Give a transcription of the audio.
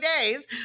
days